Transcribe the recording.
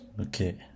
Okay